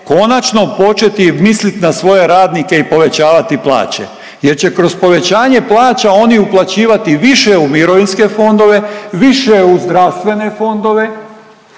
konačno početi mislit na svoje radnike i povećavati plaće jer će kroz povećanje plaća oni uplaćivati više u mirovinske fondove, više u zdravstvene fondove